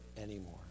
anymore